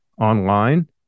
online